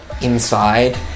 inside